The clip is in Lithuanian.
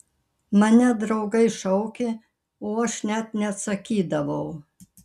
mane draugai šaukė o aš net neatsakydavau